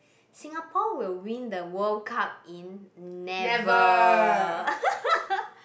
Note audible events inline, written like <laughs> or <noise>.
Singapore will win the World Cup in never <laughs>